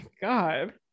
God